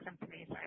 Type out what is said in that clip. companies